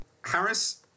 Harris